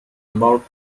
about